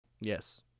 Yes